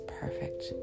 perfect